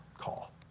call